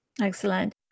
Excellent